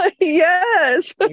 Yes